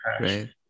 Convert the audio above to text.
right